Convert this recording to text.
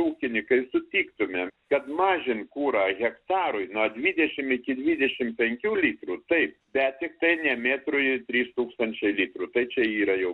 ūkininkai sutiktumėm kad mažint kurą hektarui nuo dvidešim iki dvidešim penkių litrų taip bet tiktai ne metrui trys tūkstančiai litrų tai čia yra jau